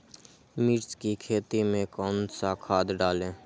मिर्च की खेती में कौन सा खाद डालें?